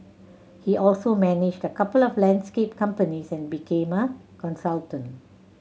he also managed a couple of landscape companies and became a consultant